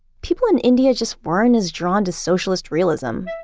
people in india just weren't as drawn to socialist realism